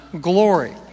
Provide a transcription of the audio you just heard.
glory